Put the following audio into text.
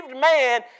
man